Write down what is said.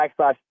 backslash